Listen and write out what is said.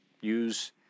Use